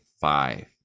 five